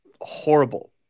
horrible